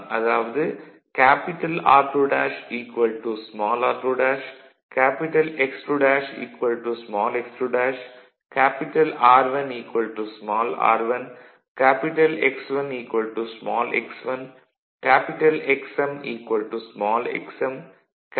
அதாவது R2' r2' X2' x2' R1 r1 X1 x1 X m x m Ri ri